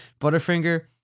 Butterfinger